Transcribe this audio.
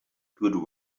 good